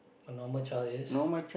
a normal child is